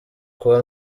kuba